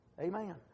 Amen